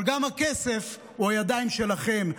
אבל גם הכסף הוא בידיים שלכם,